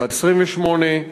בת 28,